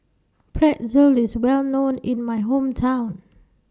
Pretzel IS Well known in My Hometown